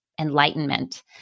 enlightenment